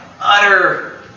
utter